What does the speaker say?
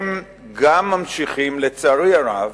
הם גם ממשיכים, לצערי הרב,